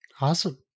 Awesome